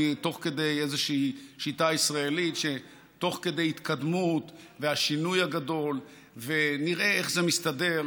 בשיטה ישראלית שתוך כדי התקדמות והשינוי הגדול נראה איך נסתדר,